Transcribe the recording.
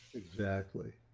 exactly.